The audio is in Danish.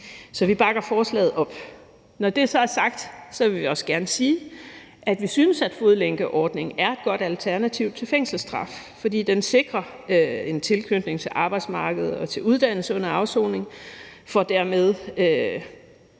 Så vi bakker forslaget op. Når det så er sagt, vil vi også gerne sige, at vi synes, at fodlænkeordningen er et godt alternativ til fængselsstraf, fordi den sikrer en tilknytning til arbejdsmarkedet og til uddannelse under afsoning for dermed